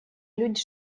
люди